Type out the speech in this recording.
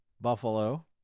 Buffalo